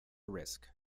risk